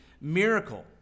miracle